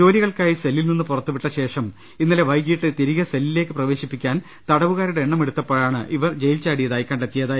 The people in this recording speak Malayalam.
ജോലികൾക്കായി സെല്ലിൽ നിന്ന് പുറത്തുവിട്ട ശേഷം ഇന്നലെ വൈകീട്ട് തിരികെ സെല്ലിലേക്ക് പ്രവേശിപ്പി ക്കാൻ തടവുകാരുടെ എണ്ണമെടുത്തപ്പോഴാണ് ഇവർ ജയിൽ ചാടിയതായി കണ്ടെത്തിയത്